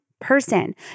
person